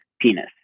penis